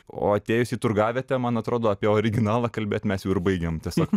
o atėjus į turgavietę man atrodo apie originalą kalbėt mes jau ir baigiam tiesiog